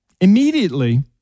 immediately